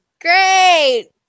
Great